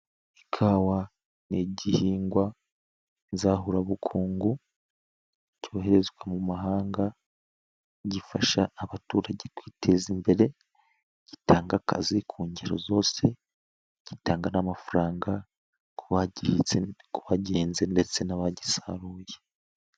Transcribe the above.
Ikawa n'igihingwa nzahurabukungu cyoherezwa mu mahanga, gifasha abaturage kwiteza imbere, gitanga akazi ku ngero zose, gitanga n'amafaranga ku bagihinze ndetse n'abagisaruye.